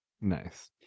nice